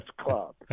club